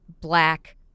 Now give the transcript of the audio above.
black